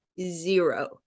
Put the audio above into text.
zero